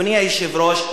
אדוני היושב-ראש,